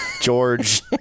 George